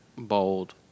Bold